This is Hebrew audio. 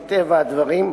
מטבע הדברים,